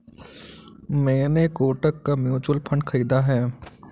मैंने कोटक का mutual fund खरीदा है